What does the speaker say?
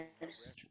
Yes